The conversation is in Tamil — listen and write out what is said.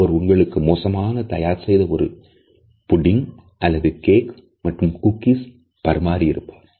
அவர் உங்களுக்கு மோசமாக தயார் செய்யப்பட்ட புட்டிங் அல்லது கேக் மற்றும் குக்கீஸ் பரிமாறி இருப்பார்